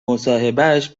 مصاحبهش